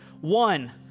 One